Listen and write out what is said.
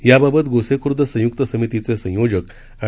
याबाबत गोसेखूर्द संयुक्त समितीचे संयोजक ऍड